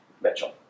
Mitchell